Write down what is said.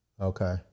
Okay